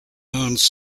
owns